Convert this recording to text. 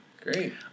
Great